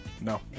No